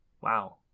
Wow